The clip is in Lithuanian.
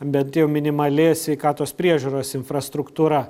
bent jau minimali sveikatos priežiūros infrastruktūra